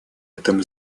этом